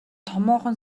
томоохон